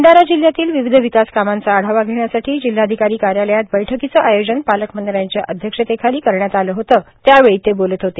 अंडारा जिल्हयातील विविध विकास कामांचा आढावा घेण्यासाठी जिल्हाधिकारी कार्यालयात बैठकीचे आयोजन पालकमंत्र्यांच्या अध्यक्षतेखाली करण्यात आले होते त्यावेळी ते बोलत होते